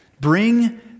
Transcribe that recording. bring